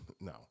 No